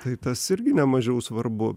tai tas irgi nemažiau svarbu